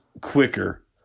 quicker